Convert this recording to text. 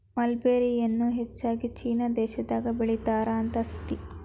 mulberry ಎನ್ನಾ ಹೆಚ್ಚಾಗಿ China ದೇಶದಾಗ ಬೇಳಿತಾರ ಅಂತ ಸುದ್ದಿ